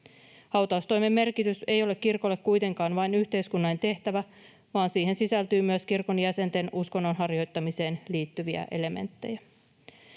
Hautaustoimen merkitys ei ole kirkolle kuitenkaan vain yhteiskunnallinen tehtävä, vaan siihen sisältyy myös kirkon jäsenten uskonnonharjoittamiseen liittyviä elementtejä.